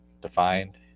defined